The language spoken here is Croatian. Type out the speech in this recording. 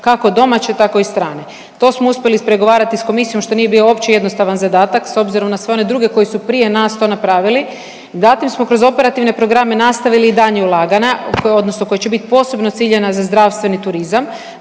kako domaće tako i strane. To smo uspjeli ispregovarati s komisijom što nije bio uopće jednostavan zadatak s obzirom na sve one druge koji su prije nas to napravili. Zatim smo kroz operativne programe nastavili i daljnja ulaganja koji odnosno koji će biti posebno ciljana za zdravstveni turizam